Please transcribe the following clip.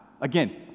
Again